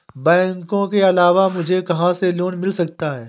बैंकों के अलावा मुझे कहां से लोंन मिल सकता है?